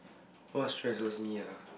what stresses me ah